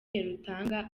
rutanga